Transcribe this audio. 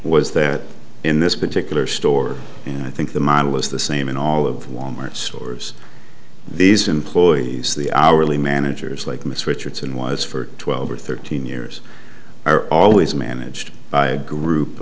was that in this particular store and i think the model is the same in all of the wal mart stores these employees the hourly managers like mr richardson was for twelve or thirteen years are always managed by a group